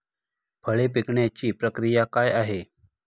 फळे पिकण्याची प्रक्रिया काय आहे?